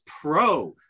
pro